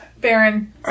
Baron